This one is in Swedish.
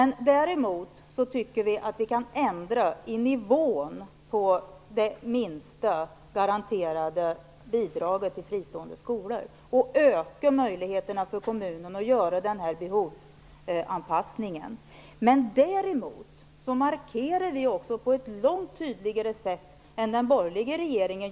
Däremot tycker vi att vi kan ändra på nivån för minsta garanterade bidrag till fristående skolor och öka möjligheten för kommunerna att göra en behovsanpassning. Vi gör också en tydligare markering än den borgerliga regeringen.